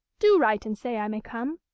do write and say i may come.